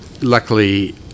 Luckily